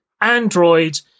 Android